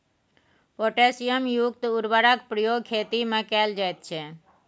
potassium युक्त उर्वरकक प्रयोग खेतीमे कैल जाइत छै